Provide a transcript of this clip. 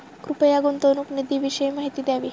कृपया गुंतवणूक निधीविषयी माहिती द्यावी